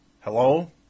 Hello